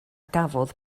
gafodd